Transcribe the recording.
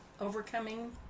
overcoming